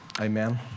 amen